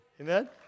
Amen